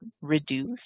reduce